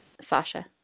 Sasha